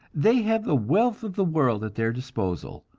they have the wealth of the world at their disposal,